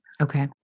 Okay